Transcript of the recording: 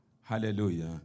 hallelujah